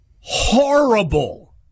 horrible